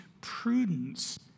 prudence